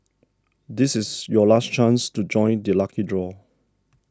this is your last chance to join the lucky draw